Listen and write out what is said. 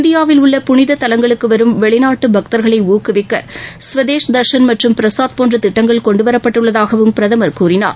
இந்தியாவில் உள்ள புனித தலங்களுக்கு வரும் வெளிநாட்டு பக்தர்களை ஊக்குவிக்க ஸ்வதேஷ் தர்ஷன் மற்றும் பிரசாத் போன்ற திட்டங்கள் கொண்டு வரப்பட்டுள்ளதாகவும் பிரதமர் கூறினார்